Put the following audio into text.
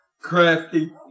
crafty